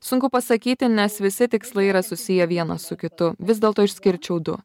sunku pasakyti nes visi tikslai yra susiję vienas su kitu vis dėlto išskirčiau du